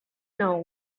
know